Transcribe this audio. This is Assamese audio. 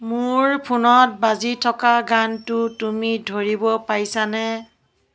মোৰ ফোনত বাজি থকা গানটো তুমি ধৰিব পাৰিছানে